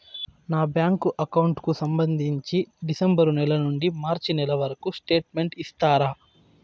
నా bank account కు సంబంధించి డిసెంబరు నెల నుండి మార్చి నెలవరకు స్టేట్మెంట్ ఇస్తారా?